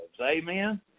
Amen